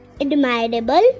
admirable